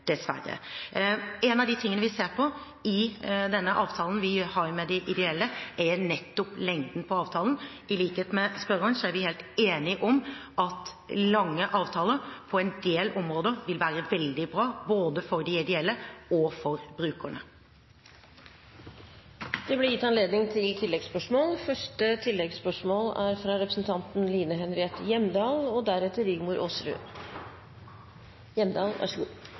En av de tingene vi ser på i avtalen vi har med de ideelle, er nettopp lengden på avtalen. I likhet med spørreren er vi helt enig i at lange avtaler på en del områder ville være veldig bra både for de ideelle og for brukerne. Det blir gitt anledning til oppfølgingsspørsmål – først fra Line Henriette Hjemdal.